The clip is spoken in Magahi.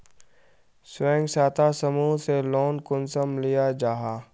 स्वयं सहायता समूह से लोन कुंसम लिया जाहा?